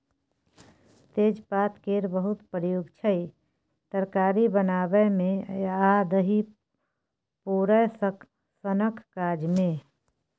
तेजपात केर बहुत प्रयोग छै तरकारी बनाबै मे आ दही पोरय सनक काज मे